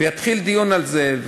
ויתחיל דיון על זה,